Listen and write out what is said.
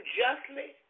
justly